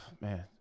man